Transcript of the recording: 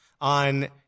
on